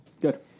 good